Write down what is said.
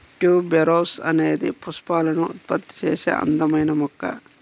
tuberose అనేది పుష్పాలను ఉత్పత్తి చేసే అందమైన మొక్క